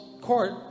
court